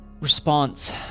response